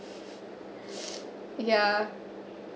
yeah